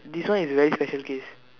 this one is very special case